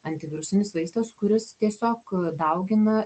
antivirusinis vaistas kuris tiesiog daugina